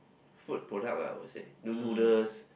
food product I would say the noodles